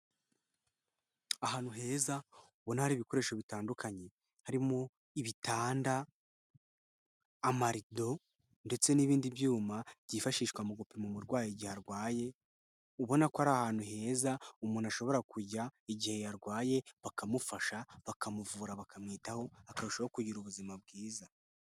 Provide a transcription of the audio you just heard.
Ahantu heza, ubona hari ibikoresho bitandukanye, harimo ibitanda, amarido ndetse n'ibindi byuma byifashishwa mu gupima umurwayi igihe arwaye, ubona ko ari ahantu heza umuntu ashobora kujya igihe yarwaye, bakamufasha, bakamuvura, bakamwitaho, akarushaho kugira ubuzima bwiza.